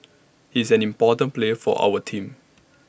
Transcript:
he's an important player for our team